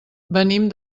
venim